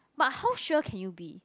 but how sure can you be